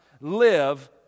live